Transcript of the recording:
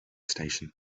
station